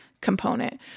component